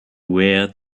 where